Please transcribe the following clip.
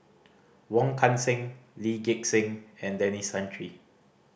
Wong Kan Seng Lee Gek Seng and Denis Santry